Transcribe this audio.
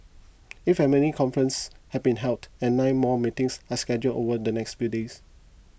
eight family conferences have been held and nine more meetings are scheduled over the next few days